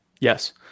Yes